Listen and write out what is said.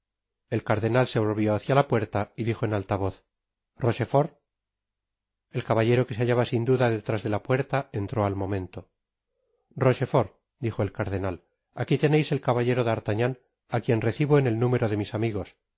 el cardenal se volvió hácia la puerta y dijo en alta voz rochefort el caballero que se hallaba sin duda detrás de la puerta entró al momento rochefort dijo el cardenal aqui teneis el caballero d'artagnan á quien recibo en el número de mis amigos